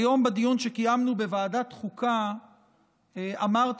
היום בדיון שקיימנו בוועדת חוקה אמרתי,